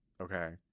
okay